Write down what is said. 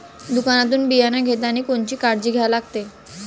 दुकानातून बियानं घेतानी कोनची काळजी घ्या लागते?